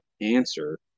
answer